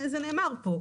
זה נאמר פה.